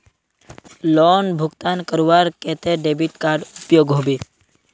Loan भुगतान करवार केते डेबिट कार्ड उपयोग होबे?